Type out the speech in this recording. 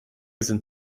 sind